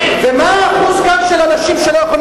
ומה האחוז כאן של אנשים שלא יכולים